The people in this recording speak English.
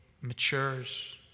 matures